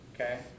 okay